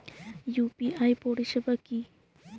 UPI পরিসেবা কি?